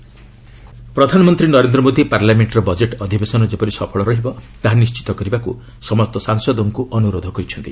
PM budget session ପ୍ରଧାନମନ୍ତ୍ରୀ ନରେନ୍ଦ୍ର ମୋଦି ପାର୍ଲାମେଣ୍ଟର budget ଅଧିବେଶନ ଯେପରି ସଫଳ ରହିବ ତାହା ନିଣ୍ଚିତ କରିବାକୁ ସମସ୍ତ ସାଂସଦଙ୍କୁ ଅନ୍ଦରୋଧ କରିଛନ୍ତି